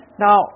Now